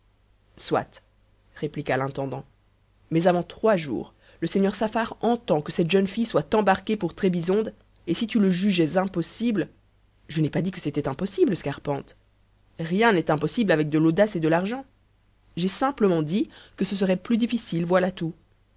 soit répliqua l'intendant mais avant trois jours le seigneur saffar entend que cette jeune fille soit embarquée pour trébizonde et si tu le jugeais impossible je n'ai pas dit que c'était impossible scarpante rien n'est impossible avec de l'audace et de l'argent j'ai simplement dit que ce serait plus difficile voilà tout